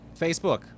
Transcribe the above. Facebook